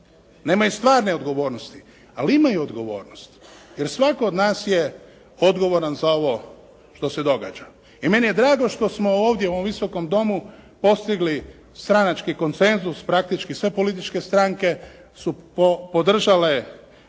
Nemaju stvarne odgovornosti. Ali imaju odgovornost, jer svatko od nas je odgovoran za ovo što se događa. I meni je drago što smo ovdje u ovom Visokom domu postigli stranački konsenzus, praktički sve političke stranke su podržale